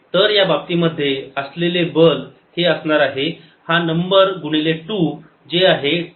तर या बाबतीमध्ये असलेले बल हे असणार आहे हा नंबर गुणिले 2 जे आहे 2